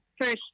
first